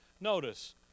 Notice